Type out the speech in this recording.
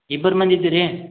ಇಬ್ರು ಮಂದಿ ಇದ್ದೀರಿ